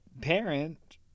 parent